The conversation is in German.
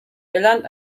irland